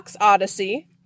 Odyssey